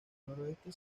noroeste